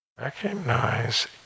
Recognize